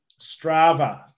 strava